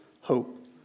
hope